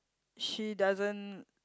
she doesn't